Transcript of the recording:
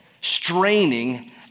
straining